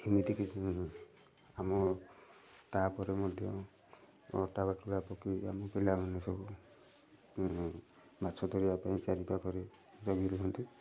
ଏମିତିକି ଆମ ତାପରେ ମଧ୍ୟ ଅଟା ବାଟୁଳା ପକେଇକି ଆମେ ପିଲାମାନେ ସବୁ ମାଛ ଧରିବା ପାଇଁ ଚାରିପାଖରେ ଜଗି ରୁହନ୍ତି